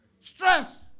Stress